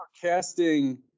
casting